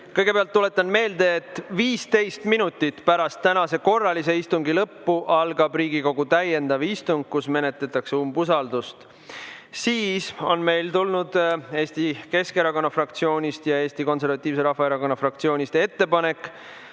Kõigepealt tuletan meelde, et 15 minutit pärast tänase korralise istungi lõppu algab Riigikogu täiendav istung, kus menetletakse umbusaldust. Meile on tulnud Eesti Keskerakonna fraktsioonist ja Eesti Konservatiivse Rahvaerakonna fraktsioonist ettepanek